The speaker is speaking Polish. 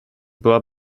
była